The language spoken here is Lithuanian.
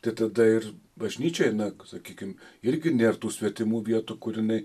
tai tada ir bažnyčiai na sakykim irgi nėr tų svetimų vietų kur jinai